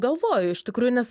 galvoju iš tikrųjų nes